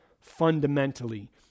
fundamentally